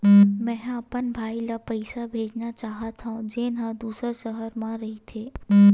मेंहा अपन भाई ला पइसा भेजना चाहत हव, जेन हा दूसर शहर मा रहिथे